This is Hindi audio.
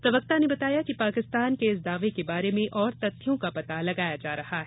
प्रवक्ता ने बताया कि पाकिस्तान के इस दावे के बारे में और तथ्यों का पता लगाया जा रहा है